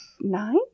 Nine